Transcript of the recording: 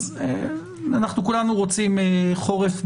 אז אנחנו כולנו רוצים חורף ברוך-גשמים,